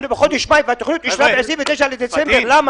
אנחנו בחודש מאי והתוכנית אושרה ב-29 בדצמבר 2019. למה?